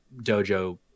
dojo